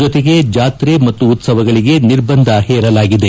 ಜೊತೆಗೆ ಜಾತ್ರೆ ಮತ್ತು ಉತ್ತವಗಳಿಗೆ ನಿರ್ಬಂಧ ಹೇರಲಾಗಿದೆ